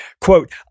quote